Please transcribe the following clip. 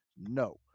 No